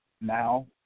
now